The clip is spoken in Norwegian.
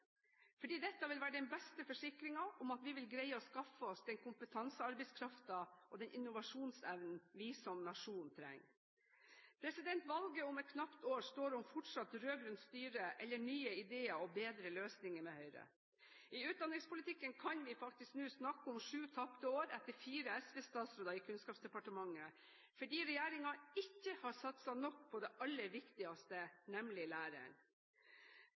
fordi dette vil være den beste forsikringen om at vi vil greie å skaffe oss den kompetansearbeidskraften og den innovasjonsevnen vi som nasjon trenger. Valget om et knapt år står om fortsatt rød-grønt styre eller nye ideer og bedre løsninger med Høyre. I utdanningspolitikken kan vi faktisk nå snakke om sju tapte år etter fire SV-statsråder i Kunnskapsdepartementet, fordi regjeringen ikke har satset nok på det aller viktigste, nemlig læreren.